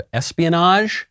espionage